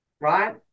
right